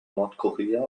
nordkorea